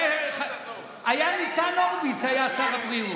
היה ניצן הורוביץ, היה שר הבריאות.